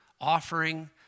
offering